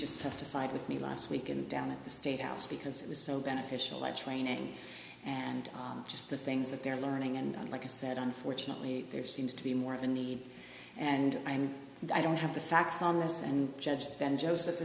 testified with me last week and down at the state house because it was so beneficial like training and just the things that they're learning and like i said unfortunately there seems to be more of a need and i'm i don't have the facts on this and judge then joseph